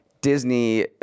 Disney